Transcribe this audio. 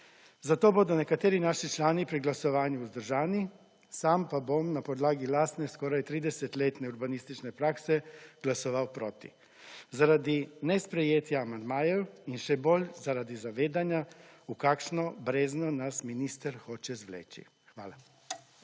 zato bodo nekateri naši člani pri glasovanju vzdržani sam pa bom na podlagi lastne skoraj 30 letne urbanistične prakse glasoval proti. Zaradi nesprejetja amandmajev in še bolj, zaradi zavedanja v kakšno brez nas minister hoče zvleči. Hvala.